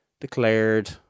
declared